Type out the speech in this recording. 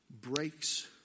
breaks